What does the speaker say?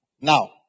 Now